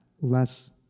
less